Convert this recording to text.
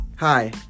Hi